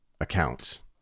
accounts